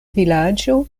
vilaĝo